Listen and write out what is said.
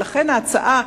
ולכן ההצעה,